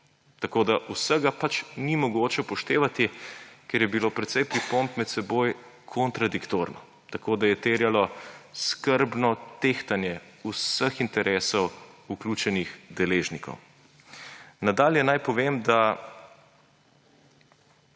tako da vsega pač ni mogoče upoštevati, ker je bilo precej pripomb med seboj kontradiktornih, tako da je terjalo skrbno tehtanje vseh interesov vključenih deležnikov. Nadalje naj povem, da